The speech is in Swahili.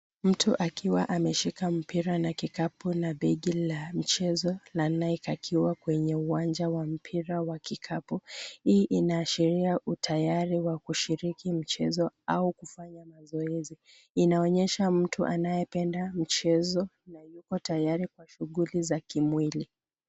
Mtu akiwa ameshika mpira na kikapu na begi la michezo la Nike akiwa kwenye uwanja wa mpira wa kikapu. Hii inaashiria utayari wa kushiriki mchezo au kufanya mazoezi. Inaonyesha mtu anayependa mchezo na yuko tayari kwa shughuli za kimwili.